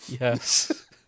Yes